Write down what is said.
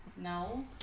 No